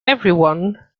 everyone